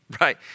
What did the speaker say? right